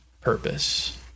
purpose